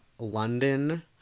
London